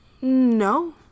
No